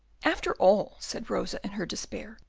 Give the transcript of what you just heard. after all, said rosa, in her despair,